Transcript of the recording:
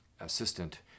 assistant